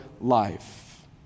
life